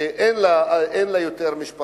אין לה עוד בני משפחה,